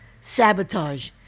Sabotage